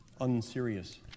unserious